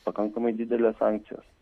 pakankamai didelės sankcijos